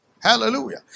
Hallelujah